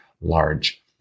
large